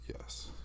Yes